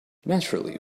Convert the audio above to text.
naturally